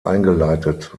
eingeleitet